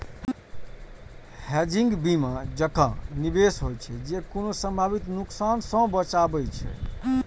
hedging बीमा जकां निवेश होइ छै, जे कोनो संभावित नुकसान सं बचाबै छै